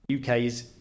UK's